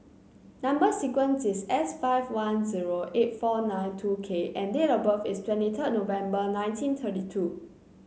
number sequence is S five one zero eight four nine two K and date of birth is twenty third November nineteen thirty two